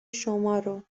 شمارو